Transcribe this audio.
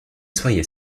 soyez